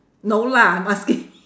no lah I'm asking